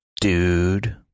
dude